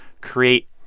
create